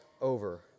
over